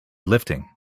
lifting